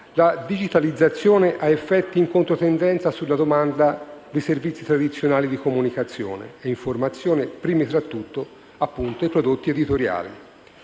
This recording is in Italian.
la digitalizzazione ha effetti in controtendenza sulla domanda di servizi tradizionali di comunicazione e informazione, primi tra tutti i prodotti editoriali.